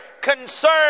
concern